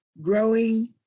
growing